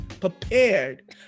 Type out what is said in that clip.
prepared